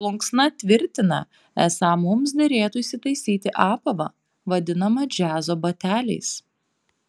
plunksna tvirtina esą mums derėtų įsitaisyti apavą vadinamą džiazo bateliais